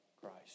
Christ